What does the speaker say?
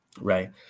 right